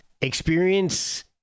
experience